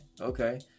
okay